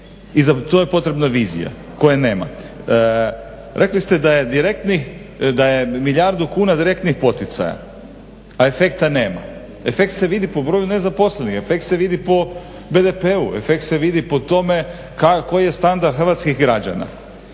i za to je potrebna vizija koje nema. Rekli ste da je milijardu kuna direktnih poticaja, a efekta nema. Efekt se vidi po broju nezaposlenih, efekt se vidi po BDP-u, efekt se vidi po tome koji je standard hrvatskih građana.